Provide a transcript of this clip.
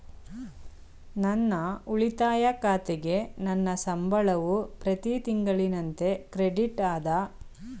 ನನ್ನ ಉಳಿತಾಯ ಖಾತೆಗೆ ನನ್ನ ಸಂಬಳವು ಪ್ರತಿ ತಿಂಗಳಿನಂತೆ ಕ್ರೆಡಿಟ್ ಆದ ಪಕ್ಷದಲ್ಲಿ ನನಗೆ ಸಾಲ ಸೌಲಭ್ಯವಿದೆಯೇ?